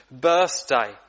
birthday